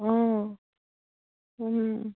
অঁ